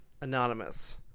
anonymous